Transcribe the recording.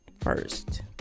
first